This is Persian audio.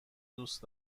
دوست